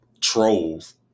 trolls